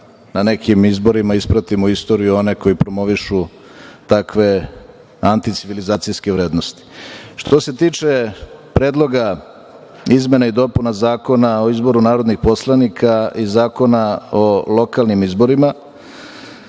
na nekim izborima ispratimo istoriju one koji promovišu takve anticivilizacijske vrednosti. Što se tiče Predloga izmena i dopuna Zakona o izboru narodnih poslanika i Zakona o lokalnim izborima,